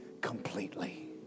completely